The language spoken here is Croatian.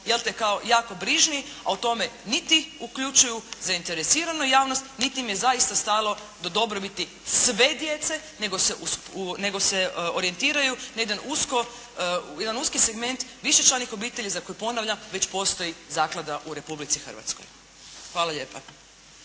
jel'te kao jako brižni, a o tome niti uključuju zainteresiranu javnost, niti im je zaista stalo do dobrobiti sve djece, nego se orijentiraju na jedan uski segment višečlanih obitelji za koje, ponavljam, već postoji zaklada u Republici Hrvatskoj. Hvala lijepa.